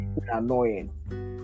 annoying